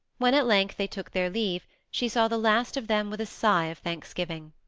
when at length they took their leave, she saw the last of them with a sigh of thanksgiving.